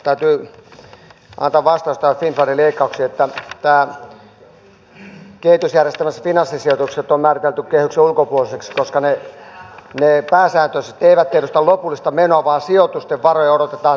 täytyy antaa vastaus näihin finnfundin leikkauksiin että kehitysjärjestelmässä finanssisijoitukset on määritelty kehyksen ulkopuoliseksi koska ne pääsääntöisesti eivät edusta lopullista menoa vaan sijoitusten varojen odotetaan säilyttävän arvonsa